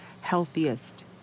healthiest